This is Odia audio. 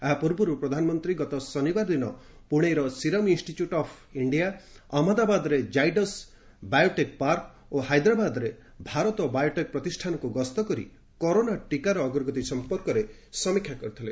ଏହା ପୂର୍ବରୁ ପ୍ରଧାନମନ୍ତ୍ରୀ ଗତ ଶନିବାର ଦିନ ପୁଣେର ସିରମ୍ ଇନ୍ଷ୍ଟିଚ୍ୟୁଟ୍ ଅଫ୍ ଇଣ୍ଡିଆ ଅହମ୍ମଦାବାଦ୍ରେ କାଇଡସ୍ ବାୟୋଟେକ୍ ପାର୍କ ଓ ହାଇଦ୍ରାବାଦ୍ରେ ଭାରତ ବାୟୋଟେକ୍ ପ୍ରତିଷ୍ଠାନକୁ ଗସ୍ତ କରି କରୋନା ଟିକାର ଅଗ୍ରଗତି ସମ୍ପର୍କରେ ସମୀକ୍ଷା କରିଥିଲେ